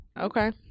Okay